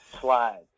slide